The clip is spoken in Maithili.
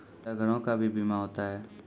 क्या घरों का भी बीमा होता हैं?